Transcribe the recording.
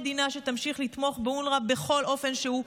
מדינה שתמשיך לתמוך באונר"א בכל אופן שהוא,